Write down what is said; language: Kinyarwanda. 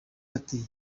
ati